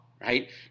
right